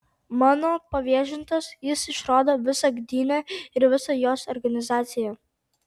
mano pavėžintas jis išrodo visą gdynę ir visą jos organizaciją